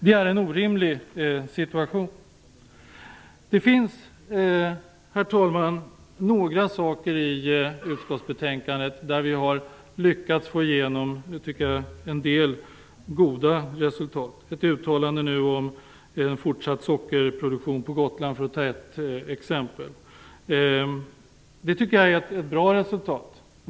Det är en orimlig situation. Herr talman! Det finns några saker i utskottsbetänkandet som visar att vi lyckats uppnå en del goda resultat. Det finns ett uttalande om en fortsatt sockerproduktion på Gotland, för att ta ett exempel. Det är ett bra resultat.